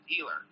dealer